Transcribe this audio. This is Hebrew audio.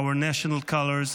our national colors,